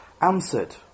answered